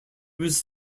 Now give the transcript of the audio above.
was